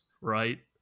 right